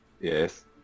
Yes